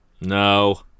No